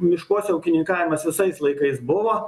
miškuose ūkininkavimas visais laikais buvo